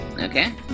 Okay